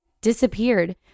disappeared